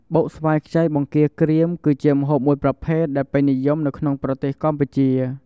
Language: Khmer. បុកស្វាយខ្ចីបង្គាក្រៀម គឺជាម្ហូបមួយប្រភេទដែលពេញនិយមនៅក្នុងប្រទេសកម្ពុជា។